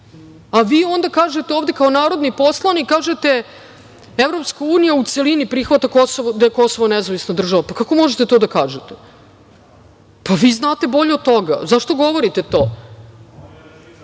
a vi onda kažete ovde kao narodni poslanik, EU u celini prihvata da je Kosovo nezavisna država. Pa, kako možete to da kažete? Pa, vi znate bolje od toga, zašto govorite to? To